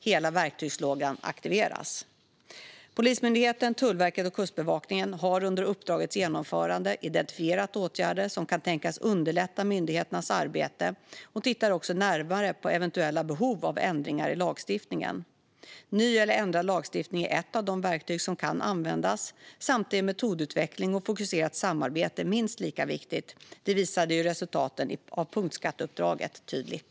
Hela verktygslådan aktiveras. Polismyndigheten, Tullverket och Kustbevakningen har under uppdragets genomförande identifierat åtgärder som kan tänkas underlätta myndigheternas arbete och tittar också närmare på eventuella behov av ändringar i lagstiftningen. Ny eller ändrad lagstiftning är ett av de verktyg som kan användas. Samtidigt är metodutveckling och fokuserat samarbete minst lika viktigt. Det visade ju resultaten av punktskatteuppdraget tydligt.